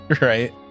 right